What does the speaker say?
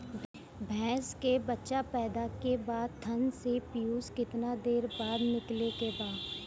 भैंस के बच्चा पैदा के बाद थन से पियूष कितना देर बाद निकले के बा?